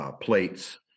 plates